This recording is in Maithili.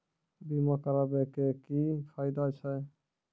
बीमा कराबै के की फायदा छै?